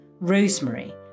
Rosemary